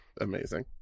amazing